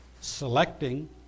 selecting